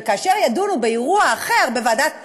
וכאשר ידונו באירוע אחר בוועדת y,